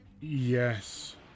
Yes